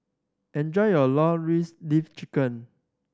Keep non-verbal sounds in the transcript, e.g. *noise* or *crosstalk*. enjoy your *unintelligible* leaf chicken